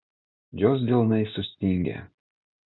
jos delnai sustingę